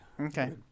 Okay